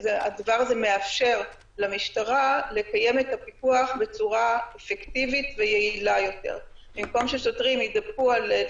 הוא מאפשר לנו מיקוד של הפיקוח המשטרתי על יישום צו הבידוד.